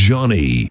Johnny